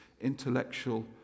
intellectual